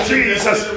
Jesus